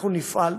אנחנו נפעל.